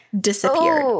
disappeared